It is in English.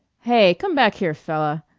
hey, come back here, fella!